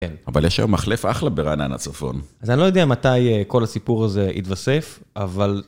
כן, אבל יש שם מחלף אחלה ברעננה צפון. אז אני לא יודע מתי כל הסיפור הזה התווסף, אבל...